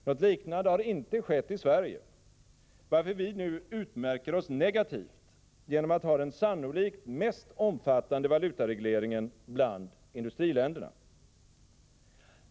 Något liknande har inte skett i Sverige, varför vi nu utmärker oss negativt genom att ha den sannolikt mest omfattande valutaregleringen bland industriländerna.